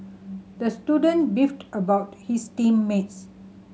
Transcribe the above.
the student beefed about his team mates